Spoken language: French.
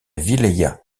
wilaya